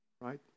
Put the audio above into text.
right